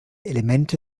elemente